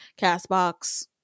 CastBox